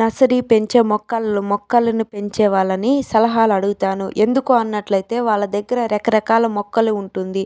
nursery పెంచే మొక్కలను పెంచే మొక్కలను పెంచే వాళ్ళని సలహా అడుగుతాను ఎందుకు అన్నట్లయితే వాళ్ళదగ్గర రకరకాల మొక్కలు ఉంటుంది